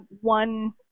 one